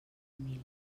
família